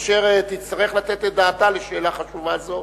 אשר תצטרך לתת את דעתה לשאלה חשובה זו.